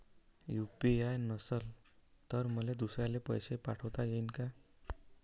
UPI नसल तर मले दुसऱ्याले पैसे पाठोता येईन का?